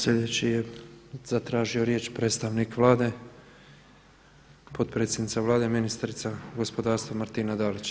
Sljedeći je zatražio riječ predstavnik Vlade, potpredsjednica Vlade ministrica gospodarstva Martina Dalić.